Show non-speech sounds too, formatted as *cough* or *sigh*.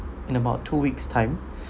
in about two weeks time *breath*